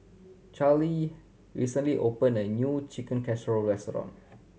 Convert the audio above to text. Charlie recently opened a new Chicken Casserole restaurant